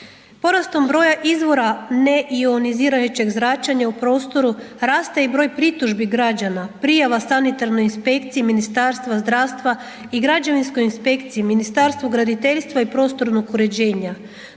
Porastom broja izvora neionizirajućeg zračenja u prostoru, raste i broj pritužbi građana, prijava sanitarnoj inspekciji Ministarstva zdravstva i građevinskoj inspekciji Ministarstvu graditeljstva i prostornog uređenja.